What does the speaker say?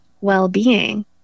well-being